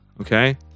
Okay